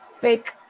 fake